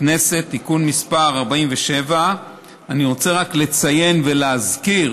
הכנסת (תיקון מס' 47). אני רוצה רק לציין ולהזכיר